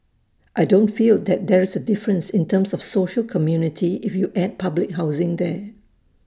I don't feel that there's A difference in terms of social community if you add public housing there